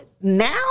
now